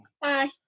Bye